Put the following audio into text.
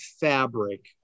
fabric